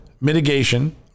mitigation